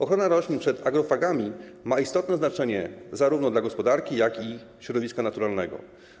Ochrona roślin przed agrofagami ma istotne znaczenie zarówno dla gospodarki, jak i dla środowiska naturalnego.